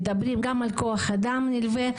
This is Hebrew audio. מדברים גם על כוח אדם נלווה,